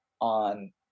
on